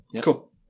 cool